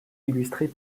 illustrés